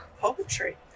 poetry